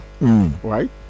right